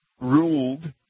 ruled